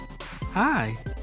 Hi